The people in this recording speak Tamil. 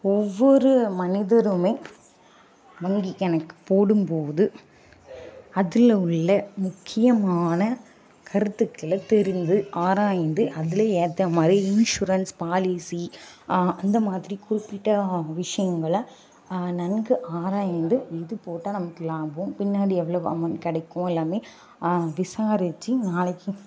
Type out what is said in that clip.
ஒவ்வொரு மனிதனுமே வங்கி கணக்கு போடும் போது அதில் உள்ள முக்கியமான கருத்துக்களை தெரிந்து ஆராய்ந்து அதில் ஏற்ற மாதிரி இன்சூரன்ஸ் பாலிசி அந்தமாதிரி குறிப்பிட்ட விஷியங்கள நன்கு ஆராய்ந்து எது போட்டால் நமக்கு லாபம் பின்னாடி எவ்ளோ அமௌண்ட் கிடைக்கும் எல்லாமே விசாரித்து நாளைக்கு